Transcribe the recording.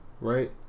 right